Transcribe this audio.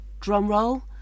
drumroll